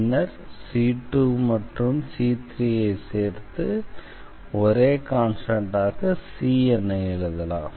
பின்னர் c2 மற்றும் c3 ஐ சேர்த்து ஒரே கான்ஸ்டண்டாக c என எழுதலாம்